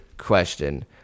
question